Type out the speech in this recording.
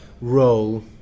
role